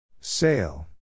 Sail